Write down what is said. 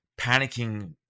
panicking